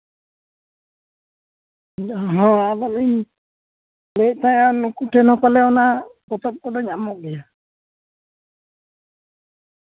ᱦᱳᱭ ᱟᱫᱚ ᱤᱧ ᱞᱟᱹᱭᱮᱫ ᱛᱟᱦᱮᱸᱜᱼᱟ ᱱᱩᱠᱩ ᱴᱷᱮᱱ ᱦᱚᱸ ᱯᱟᱞᱮ ᱚᱱᱟ ᱯᱚᱛᱚᱵ ᱠᱚᱫᱚ ᱧᱟᱢᱚᱜ ᱜᱮᱭᱟ